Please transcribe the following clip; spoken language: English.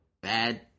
bad